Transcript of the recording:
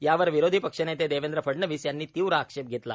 यावर विरोधी पक्षनेते देवेंद्र फडणवीस यांनी तीव्र आक्षेप घेतला